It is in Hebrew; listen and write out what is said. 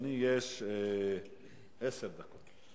לאדוני עשר דקות.